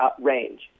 range